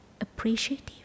appreciative